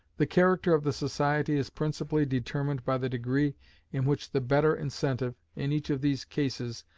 the character of the society is principally determined by the degree in which the better incentive, in each of these cases,